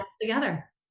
together